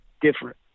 different